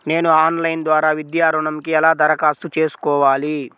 నేను ఆన్లైన్ ద్వారా విద్యా ఋణంకి ఎలా దరఖాస్తు చేసుకోవాలి?